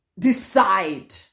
decide